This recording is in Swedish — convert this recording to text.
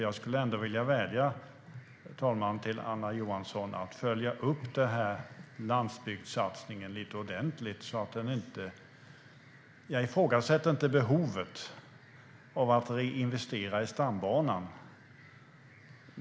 Jag skulle vilja vädja, herr talman, till Anna Johansson om att följa upp den här landsbygdssatsningen ordentligt. Jag ifrågasätter inte behovet av att reinvestera i stambanan.